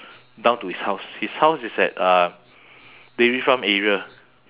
down to his house his house is at uh dairy farm area